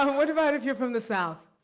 um what about if you're from the south?